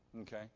Okay